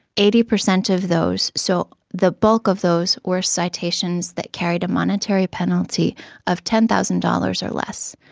eighty percent of those, so the bulk of those were citations that carried a monetary penalty of ten thousand dollars or less.